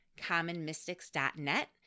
commonmystics.net